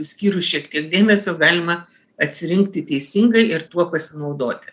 skyrus šiek tiek dėmesio galima atsirinkti teisingai ir tuo pasinaudoti